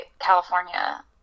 California